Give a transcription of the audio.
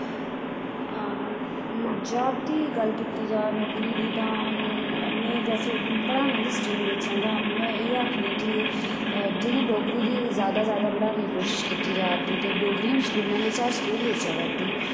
job दी गल्ल कीती जा नौकरी दी तां में जैसे पढ़ाने दी स्ट्रीम बिच्च आं ता में इ'यै आक्खनी की जि'यां डोगरी गी जैदा जैदा बड़ाने कोशिश कीती जा'रदी ते डोगरी हून स्कूलैं बिच्च हर स्कूल बिच्च अवादी